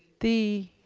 the